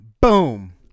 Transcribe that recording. Boom